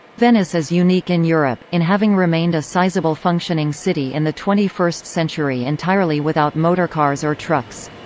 venice is unique in europe, in having remained a sizable functioning city in the twenty first century entirely without motorcars or trucks.